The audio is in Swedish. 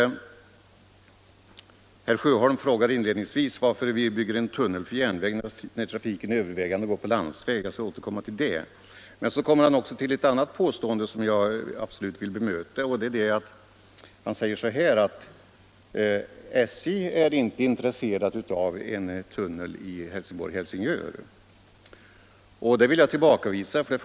Herr Sjöholm frågar inledningsvis varför vi vill bygga en tunnel för järnvägstrafik när trafiken övervägande går på landsväg. Jag skall återkomma till det. Sedan påstår han något som jag absolut vill bemöta. Han säger att SJ inte är intresserat av en tunnel mellan Helsingborg och Helsingör. Det vill jag tillbakavisa.